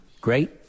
Great